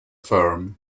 firm